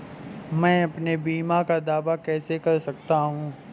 मैं अपने बीमा का दावा कैसे कर सकता हूँ?